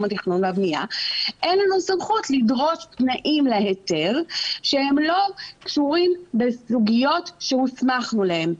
התכנון והבנייה לדרוש תנאים להיתר שהם לא קשורים בסוגיות שהוסמכנו להן.